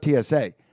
TSA